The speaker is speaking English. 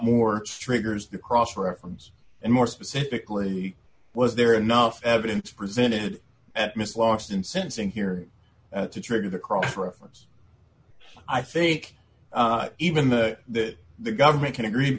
more strictures the cross reference and more specifically was there enough evidence presented at miss last incensing here to trigger the cross reference i think even the the government can agree